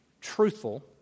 truthful